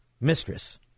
mistress